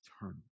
eternal